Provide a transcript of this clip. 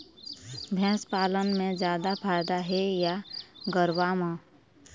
भैंस पालन म जादा फायदा हे या गरवा म?